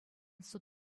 суд